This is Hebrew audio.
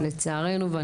לצערנו,